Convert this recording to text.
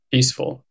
Peaceful